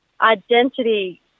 identity